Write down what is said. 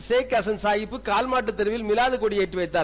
ஷேக்அசன் சாஹிப்பு கால்மாட்டுத் தெருவில் மிலாடி கொடி ஏற்றிவைத்தார்